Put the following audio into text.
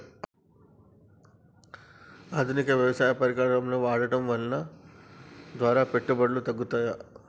ఆధునిక వ్యవసాయ పరికరాలను వాడటం ద్వారా పెట్టుబడులు తగ్గుతయ?